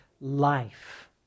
life